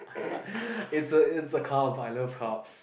it's a it's a carb I love carbs